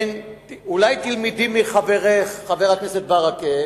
אולי תלמדי מחברך, חבר הכנסת ברכה,